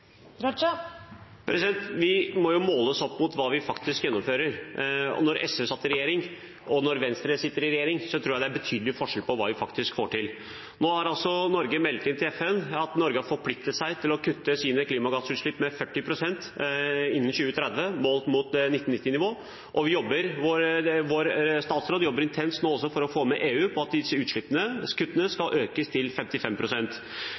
Vi må jo måles mot hva vi faktisk gjennomfører. Jeg tror det er betydelig forskjell på hva vi faktisk får til når Venstre sitter i regjering, enn da SV satt i regjering. Norge har nå meldt inn til FN at Norge har forpliktet seg til å kutte sine klimagassutslipp med 40 pst. innen 2030 målt mot 1990-nivå, og vår statsråd jobber også intenst nå for å få med EU på at disse kuttene skal